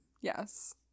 yes